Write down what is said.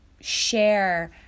share